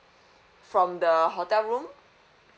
from the hotel room